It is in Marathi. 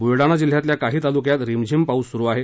बुलडाणा जिल्ह्यातल्या काही तालुक्यात रिमझीम पाऊस सुरु आहे